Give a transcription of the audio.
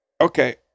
Okay